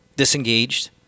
disengaged